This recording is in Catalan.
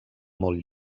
molt